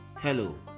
Hello